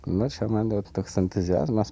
nu čia man jau toks entuziazmas